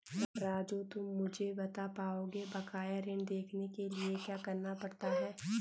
राजू तुम मुझे बता पाओगे बकाया ऋण देखने के लिए क्या करना पड़ता है?